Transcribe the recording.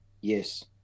yes